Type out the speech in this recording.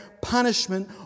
punishment